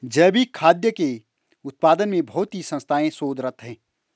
जैविक खाद्य के उत्पादन में बहुत ही संस्थाएं शोधरत हैं